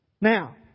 Now